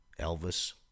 Elvis